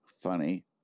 funny